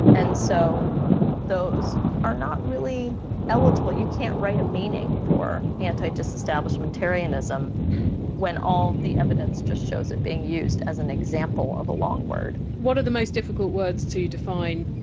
and so those are not really eligible. you can't write a meaning for antidisestablishmentarianism when all the evidence just shows it being used as an example of a long word what are the most difficult words to define?